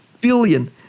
billion